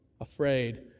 afraid